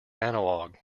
analog